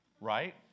right